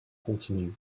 continues